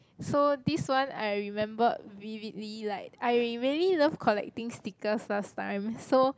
so this one I remembered vividly like I really love collecting stickers last time so